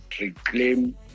reclaim